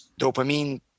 dopamine